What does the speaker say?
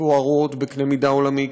ומפוארות בקנה מידה עולמי,